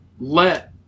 let